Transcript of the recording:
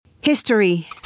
History